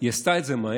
היא עשתה את זה מהר.